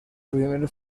primer